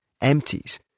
empties